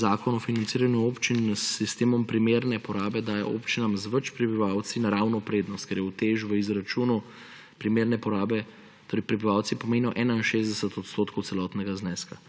Zakon o financiranju občin s sistemom primerne porabe daje občinam z več prebivalci naravno prednost, ker je utež v izračunu primerne porabe, torej prebivalci pomenijo 61 odstotkov celotnega zneska.